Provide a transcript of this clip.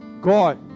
God